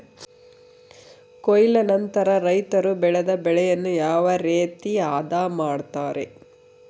ಕೊಯ್ಲು ನಂತರ ರೈತರು ಬೆಳೆದ ಬೆಳೆಯನ್ನು ಯಾವ ರೇತಿ ಆದ ಮಾಡ್ತಾರೆ?